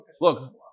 Look